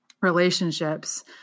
relationships